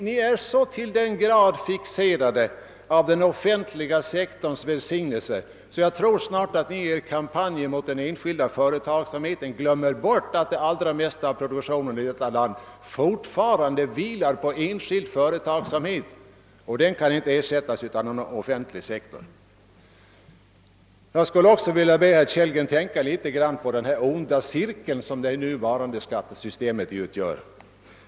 Ni är till den grad fixerade till den offentliga sektorns välsignelser, att ni i er kampanj mot den enskilda företagsamheten alldeles glömmer att den allra största delen av produktionen här i landet alltjämt vilar på enskild företagsamhet, som inte kan ersättas av företagsamhet inom den offentliga sektorn. Jag vill också be herr Kellgren tänka litet på den onda cirkel som vårt nuvarande skattesystem utgör.